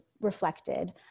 reflected